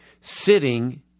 sitting